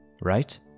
right